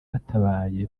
batabaye